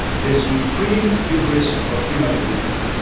the supreme hubris of human existence.